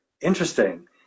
interesting